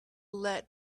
let